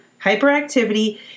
hyperactivity